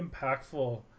impactful